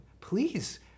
please